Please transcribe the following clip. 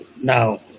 now